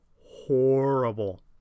Horrible